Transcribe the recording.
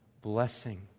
blessing